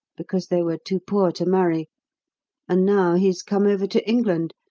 because they were too poor to marry and now he's come over to england,